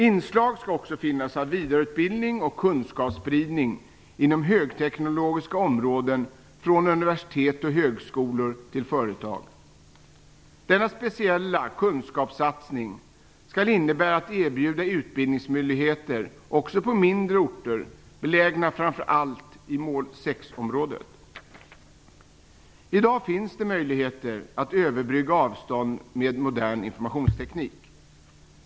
Det skall också finnas inslag av vidareutbildning och kunskapsspridning inom högteknologiska områden från universitet och högskolor till företag. Denna speciella kunskapssatsning skall innebära att utbildningsmöjligheter erbjuds också på mindre orter belägna framför allt i mål 6-området. I dag finns det möjligheter att överbrygga avstånd med modern informationsteknik.